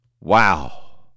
Wow